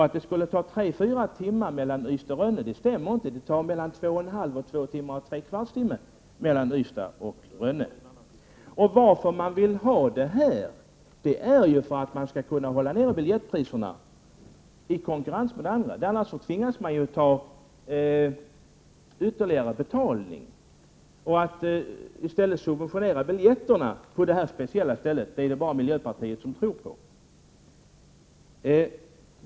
Att det skulle ta tre till fyra timmar mellan Ystad och Rönne stämmer inte —det tar mellan två och en halv och två och tre kvarts timme mellan Ystad och Rönne. Man vill ha alkoholförsäljning för att man skall kunna hålla biljettpriserna nere i konkurrens med färjorna på sträckan Ystad-Rönne. Annars tvingas man att ta ytterligare betalt, och att i stället subventionera biljetterna på det här speciella stället är det bara miljöpartiet som tror på.